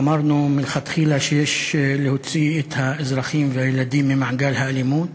אמרנו מלכתחילה שיש להוציא את האזרחים והילדים ממעגל האלימות.